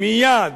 מייד,